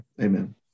Amen